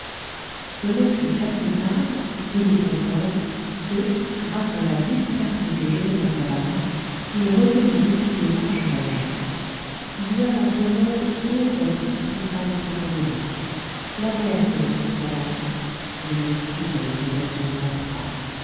ce ne fut qu'assez tard rue de pontoise que grâce à la vive clarté que jetait un cabaret il reconnut décidément jean valjean il y a dans ce monde deux êtres qui tressaillent profondément la mère qui retrouve son enfant et le tigre qui retrouve sa proie